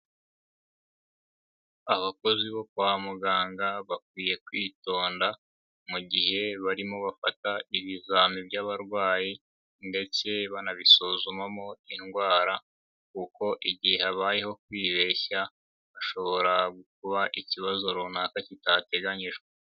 Abakozi bo kwa muganga bakwiye kwitonda mu gihe barimo bafata ibizamini by'abarwayi, ndetse banabisuzumamo indwara, kuko igihe habayeho kwibeshya, hashobora kuba ikibazo runaka kitateganyijwe.